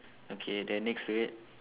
okay then next to it